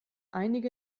einige